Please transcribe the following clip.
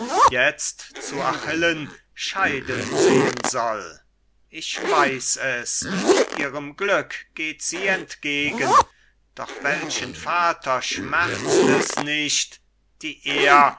jetzt zu achilles scheiden sehen soll ich weiß es ihrem glück geht sie entgegen doch welchen vater schmerzt es nicht die er